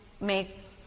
make